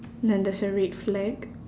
then there's a red flag